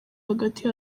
hagati